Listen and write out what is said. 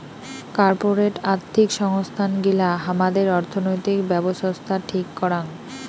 corporate আর্থিক সংস্থান গিলা হামাদের অর্থনৈতিক ব্যাবছস্থা ঠিক করাং